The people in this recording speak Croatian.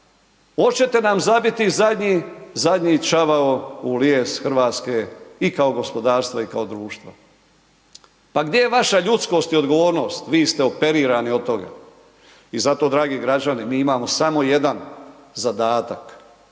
očete nam zabiti zadnji, zadnji čavao u lijes Hrvatske i kao gospodarstva i kao društva. Pa gdje je vaša ljudskost i odgovornost? Vi ste operirani od toga. I zato dragi građani mi imamo samo jedan zadatak,